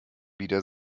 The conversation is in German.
wieder